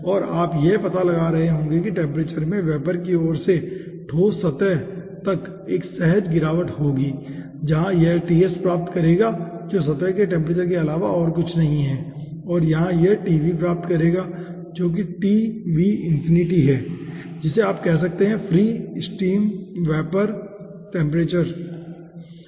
तो आप यह पता लगा रहे होंगे कि टेम्परेचर में वेपर की ओर से ठोस सतह तक एक सहज गिरावट होगी जहां यह प्राप्त करेगा जो सतह के टेम्परेचर के अलावा और कुछ नहीं है और यहाँ यह प्राप्त करेगा जो कि है जिसे आप कह सकते हैं जो फ्री स्टीम वेपर टेम्परेचर है ठीक है